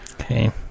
Okay